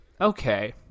okay